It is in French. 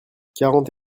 quarante